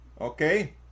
Okay